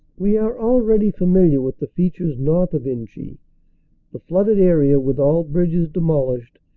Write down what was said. we are already familiar with the features north of inchy the flooded area, with all bridges demolished,